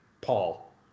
Paul